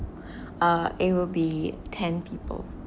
uh it will be ten people